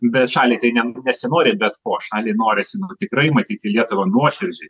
bet šaliai tai ne nesinori bet ko šaliai norisi tikrai matyti lietuvą nuošimrdžiai